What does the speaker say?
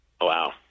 Wow